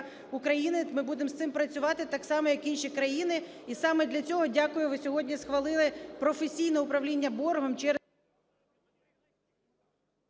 України. Ми будемо з цим працювати так само, як інші країни. І саме для цього, дякую, ви сьогодні схвалили професійне управління боргом